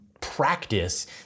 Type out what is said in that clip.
practice